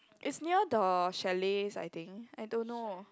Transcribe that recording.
it's near the chalets I think I don't know